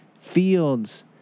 fields